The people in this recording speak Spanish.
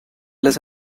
las